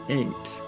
eight